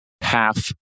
half